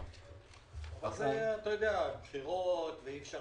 אתה יודע, בחירות, ואי אפשר